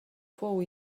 fou